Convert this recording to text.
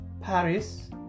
Paris